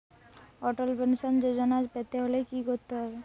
অটল pension Yojana পেতে হলে কি করতে হবে?